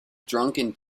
drunken